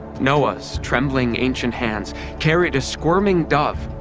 noah's trembling ancient hands carried a squirming dove,